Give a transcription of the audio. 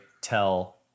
tell